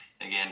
Again